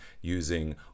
using